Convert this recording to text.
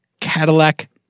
Cadillac